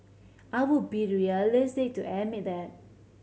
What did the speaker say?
I will be realistic to admit that